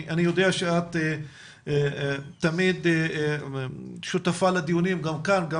אני יודע שאת תמיד שותפה לדיונים גם כאן וגם